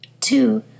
Two